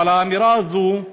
אבל האמירה הזאת,